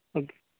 okay